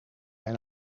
mijn